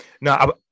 No